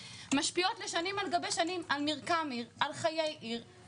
הייתה לכם החלטה על 7% בכל המתחמים לדיור ציבורי.